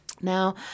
Now